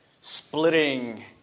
splitting